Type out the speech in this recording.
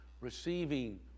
receiving